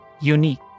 Unique